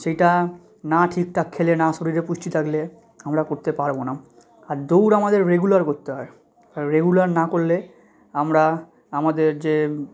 সেইটা না ঠিকঠাক খেলে না শরীরে পুষ্টি থাকলে আমরা করতে পারব না আর দৌড় আমাদের রেগুলার করতে হয় রেগুলার না করলে আমরা আমাদের যে